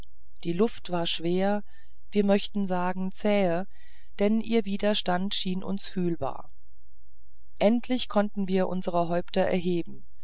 die luft war schwer wir möchten sagen zähe denn ihr widerstand schien uns fühlbar endlich konnten wir unsere häupter erheben